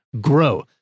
grow